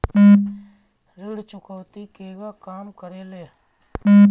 ऋण चुकौती केगा काम करेले?